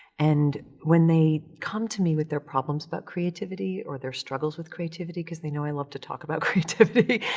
and when they come to me with their problems about creativity or their struggles with creativity because they know i love to talk about creativity,